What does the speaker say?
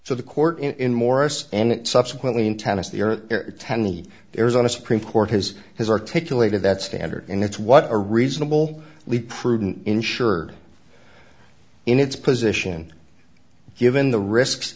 so the court in morris and subsequently in tennessee are attending the arizona supreme court has has articulated that standard and it's what a reasonable lee prudent insured in its position given the risks